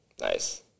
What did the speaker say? Nice